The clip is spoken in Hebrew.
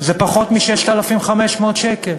הוא פחות מ-6,500 שקל.